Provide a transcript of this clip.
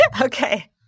Okay